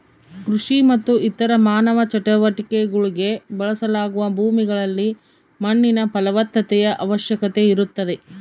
ಕೃಷಿ ಮತ್ತು ಇತರ ಮಾನವ ಚಟುವಟಿಕೆಗುಳ್ಗೆ ಬಳಸಲಾಗುವ ಭೂಮಿಗಳಲ್ಲಿ ಮಣ್ಣಿನ ಫಲವತ್ತತೆಯ ಅವಶ್ಯಕತೆ ಇರುತ್ತದೆ